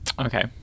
Okay